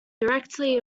directly